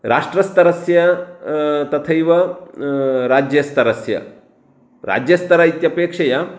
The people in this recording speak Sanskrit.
राष्ट्रस्तरस्य तथैव राज्यस्तरस्य राज्यस्तर इत्यपेक्षया